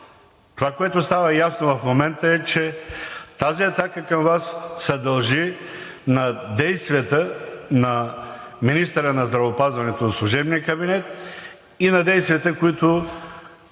това, което става ясно в момента, е, че тази атака към Вас се дължи на действията на министъра на здравеопазването от служебния кабинет и на действията, които